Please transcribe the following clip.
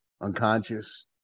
unconscious